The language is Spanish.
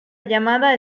llamada